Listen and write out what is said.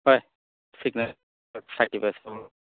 হয়